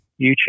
YouTube